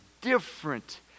different